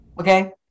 Okay